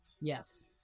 Yes